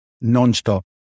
non-stop